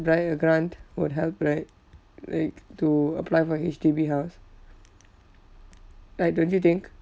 right a grant would help right like to apply for H_D_B house right don't you think